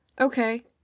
Okay